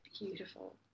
beautiful